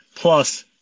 Plus